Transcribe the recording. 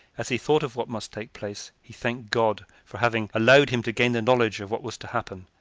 as he thought of what must take place, he thanked god for having allowed him to gain the knowledge of what was to happen,